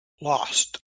lost